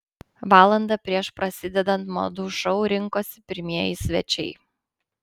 valandą prieš prasidedant madų šou rinkosi pirmieji svečiai